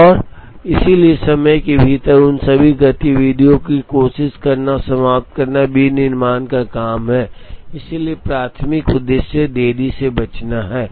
और इसलिए समय के भीतर उनकी सभी गतिविधियों की कोशिश करना और समाप्त करना विनिर्माण का काम है इसलिए प्राथमिक उद्देश्य देरी से बचना है